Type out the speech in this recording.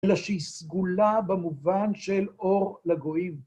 אלא שהיא סגולה במובן של אור לגויים.